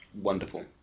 Wonderful